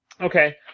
Okay